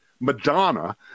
madonna